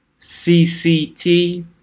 CCT